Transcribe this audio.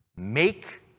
make